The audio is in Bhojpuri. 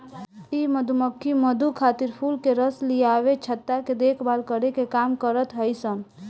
इ मधुमक्खी मधु खातिर फूल के रस लियावे, छत्ता के देखभाल करे के काम करत हई सन